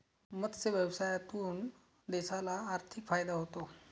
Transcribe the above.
मत्स्य व्यवसायातून देशाला आर्थिक फायदा होतो